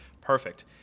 Perfect